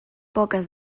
poques